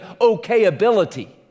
okay-ability